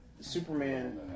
Superman